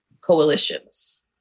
coalitions